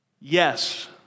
Yes